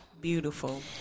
beautiful